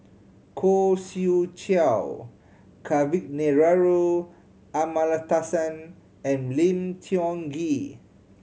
Khoo Swee Chiow Kavignareru Amallathasan and Lim Tiong Ghee